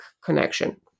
connection